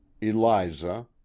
Eliza